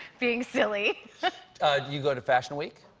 being silly you go to fashion week?